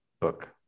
book